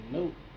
Nope